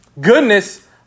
goodness